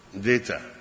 data